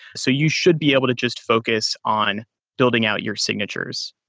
so you should be able to just focus on building out your signatures.